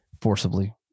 forcibly